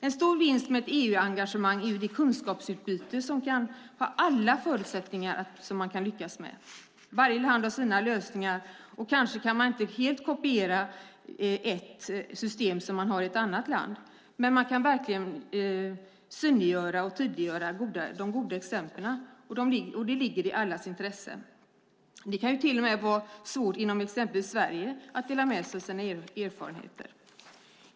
En stor vinst med ett EU-engagemang är det kunskapsutbyte som har alla förutsättningar att lyckas. Varje land har sina lösningar, och kanske kan man inte helt kopiera ett system som finns i ett annat land. Men det går verkligen att synliggöra och tydliggöra de goda exemplen. Det ligger i allas intresse. Det kan till och med vara svårt att inom exempelvis Sverige dela med sig av sina erfarenheter.